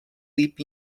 leap